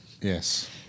Yes